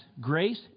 grace